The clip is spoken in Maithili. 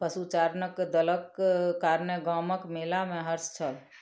पशुचारणक दलक कारणेँ गामक मेला में हर्ष छल